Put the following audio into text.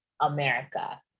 America